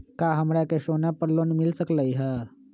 का हमरा के सोना पर लोन मिल सकलई ह?